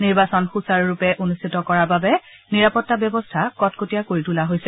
নিৰ্বাচন সুচাৰুৰূপে অনুষ্ঠিত কৰাৰ বাবে নিৰাপত্তা ব্যৱস্থা কটকটীয়া কৰি তোলা হৈছে